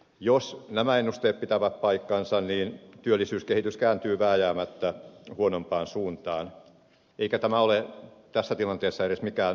jos nämä ennusteet pitävät paikkansa niin työllisyyskehitys kääntyy vääjäämättä huonompaan suuntaan eikä tämä ole tässä tilanteessa edes mikään kauhuskenaario